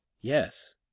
Yes